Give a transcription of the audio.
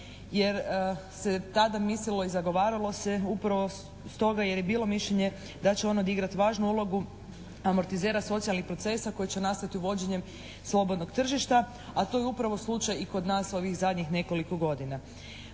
jer se tada mislilo i zagovaralo se upravo stoga jer je bilo mišljenje da će on odigrati važnu ulogu amortizera socijalnih procesa koji će nastati uvođenjem slobodnog tržišta. A to je upravo slučaj i kod nas ovih zadnjih nekoliko godina.